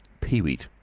peewit,